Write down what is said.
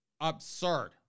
absurd